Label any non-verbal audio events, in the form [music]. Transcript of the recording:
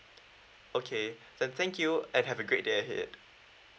[noise] okay [breath] then thank you and have a great day ahead